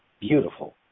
Beautiful